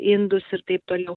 indus ir taip toliau